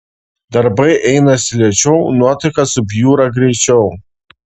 darbai einasi lėčiau nuotaika subjūra greičiau